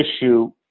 issue